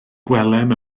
gwelem